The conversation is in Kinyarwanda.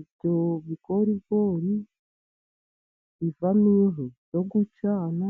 Ibyo bigorigori bivamo inkwi zo gucana.